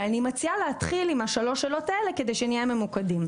אבל אני מציעה להתחיל עם שלוש השאלות האלה כדי שנהיה ממוקדים.